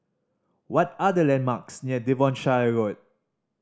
what are the landmarks near Devonshire Road